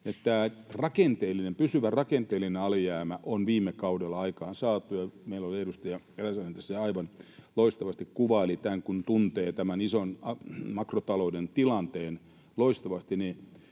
pysyvä rakenteellinen alijäämä on viime kaudella aikaansaatu: Meillä edustaja Räsänen tässä jo aivan loistavasti kuvaili, kun tuntee tämän ison makrotalouden tilanteen loistavasti,